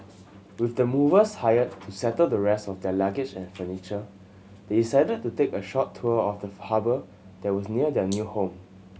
with the movers hired to settle the rest of their luggage and furniture they decided to take a short tour of the harbour that was near their new home